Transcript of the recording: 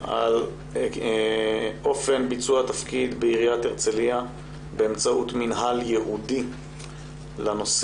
על אופן ביצוע התפקיד בעיריית הרצליה באמצעות מינהל ייעודי לנושא,